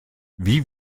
wie